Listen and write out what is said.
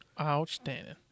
Outstanding